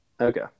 Okay